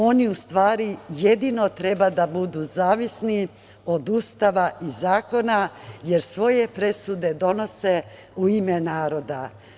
Oni u stvari jedino treba da budu zavisni od Ustava i zakona, jer svoje presude donose u ime naroda.